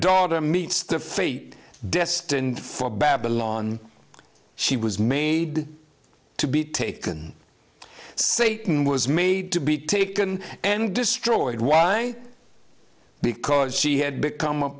daughter meets the fate destined for babylon she was made to be taken satan was made to be taken and destroyed why because she had become a